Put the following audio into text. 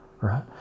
right